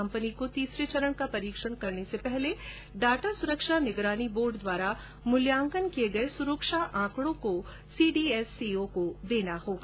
company को तीसरे चरण का परीक्षण करने से पहले डाटा सुरक्षा निगरानी बोर्ड द्वारा मूल्यांकन कियें गये सुरक्षा आंकडों को सीडीएससीओ को देना होगा